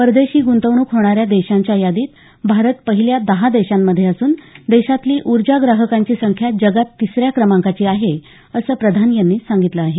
परदेशी गृंतवणूक होणा या देशांच्या यादीत भारत पहिल्या दहा देशांमधे असून देशातली ऊर्जा ग्राहकांची संख्या जगात तिस या क्रमांकाची आहे असं प्रधान यांनी सांगितलं आहे